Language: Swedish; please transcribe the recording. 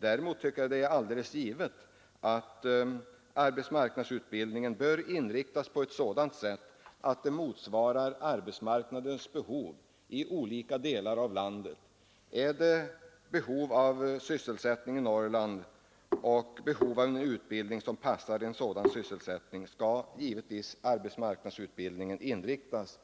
Däremot tycker jag att det är alldeles givet att arbetsmarknadsutbildningen bör inriktas så att den motsvarar arbetsmarknadens behov i olika delar av landet. Finns det behov av sysselsättning i Norrland och behov av utbildning som passar denna sysselsättning skall givetvis arbetsmarknadsutbildningen inriktas